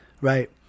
right